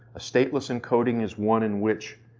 a stateless encoding is one in which